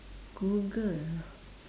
Google ah